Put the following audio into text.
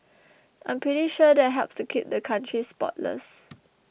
I'm pretty sure that helps to keep the country spotless